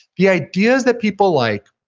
the ideas that people like,